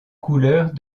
couleurs